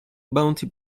bounty